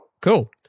cool